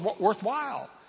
worthwhile